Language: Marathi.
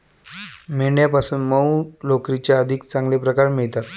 मेंढ्यांपासून मऊ लोकरीचे अधिक चांगले प्रकार मिळतात